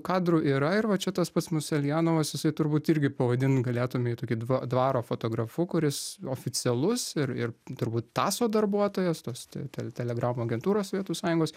kadrų yra ir va čia tas pats musaljanovas jisai turbūt irgi pavadint galėtume jį tokiu dva dvaro fotografu kuris oficialus ir ir turbūt taso darbuotojas tos te te telegramų agentūros sovietų sąjungos